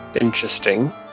Interesting